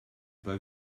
pas